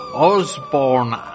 Osborne